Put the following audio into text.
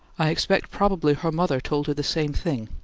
i expect probably her mother told her the same thing,